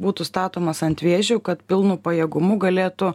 būtų statomas ant vėžiu kad pilnu pajėgumu galėtų